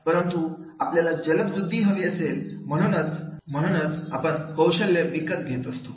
परंतु आपल्याला जलद वृद्धि हवी असेल म्हणूनच आपण कौशल्य विकत घेत असतो